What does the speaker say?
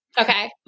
Okay